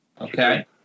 Okay